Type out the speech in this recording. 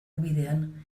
ubidean